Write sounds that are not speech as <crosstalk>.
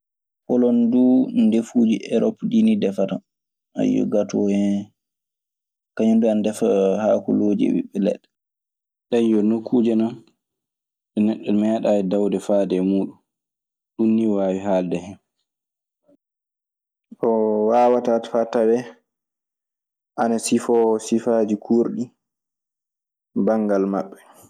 Poloñ duu, ndefuuji erop duu nii defata. <hesitation> Gatoo en. Kañun duu ana defa haakolooji e ɓiɓɓe leɗɗe. <hesitation> Nokkuuje non ɗo neɗɗo meeɗaayi dawde faade e muuɗun. Ɗun nii waawi haalde hen. Oo wawata du fa tawee ana sifo sifaaji kurɗi banngal maɓɓe.